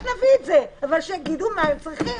להביא את זה אבל שיגידו מה הם צריכים.